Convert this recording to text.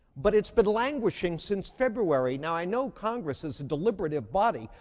but it's been languishing since february. now, i know congress is a deliberative body,